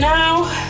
Now